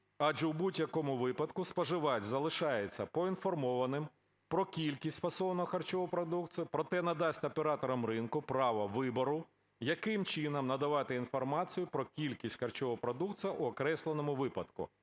адже у будь-якому випадку споживач залишається поінформованим про кількість фасованого харчового продукту, проте надасть операторам ринку право вибору, яким чином надавати інформацію про кількість харчового продукту в окресленому випадку.